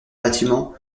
bâtiment